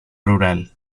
rural